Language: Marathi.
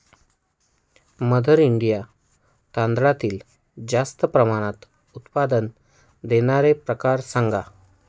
मदर इंडिया तांदळातील जास्त प्रमाणात उत्पादन देणारे प्रकार सांगा